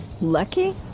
Lucky